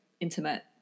intimate